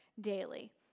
daily